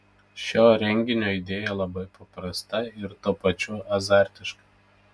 šio renginio idėja labai paprasta ir tuo pačiu azartiška